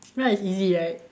right it's easy right